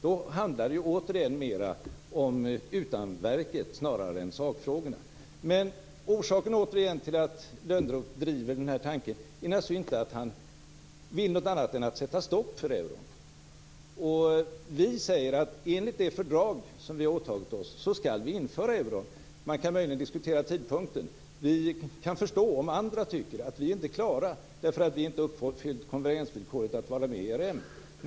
Då handlar det återigen mera om utanverket snarare än sakfrågorna. Orsaken till att Lönnroth driver den här tanken är återigen ingenting annat än att han vill sätta stopp för euron. Vi anser att vi skall införa euron enligt det fördrag som vi har åtagit oss att följa. Man kan möjligen diskutera tidpunkten. Jag kan förstår om andra tycker att vi inte är klara eftersom vi inte har uppfyllt konvergensvillkoret för att vara med i ERM.